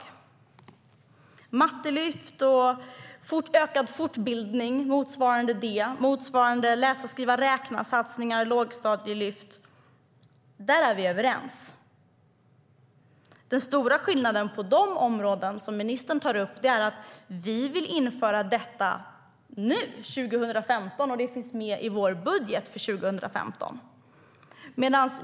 När det gäller mattelyft och ökad fortbildning motsvarande detta och när det gäller motsvarande läsa-skriva-räkna-satsningar och lågstadielyft är vi överens. Den stora skillnaden på de områden ministern tar upp är att vi vill införa detta nu, 2015. Det finns med i vår budget för 2015.